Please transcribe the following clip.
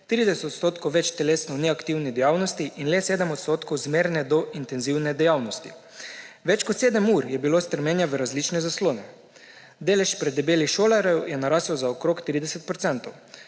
več telesno neaktivnih dejavnosti in le 7 odstotkov zmerne do intenzivne dejavnosti. Več kot 7 ur je bilo strmenja v različne zaslone. Delež predebelih šolarjev je narasel za okoli 30